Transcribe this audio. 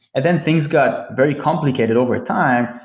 and then things got very complicated overtime.